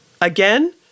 Again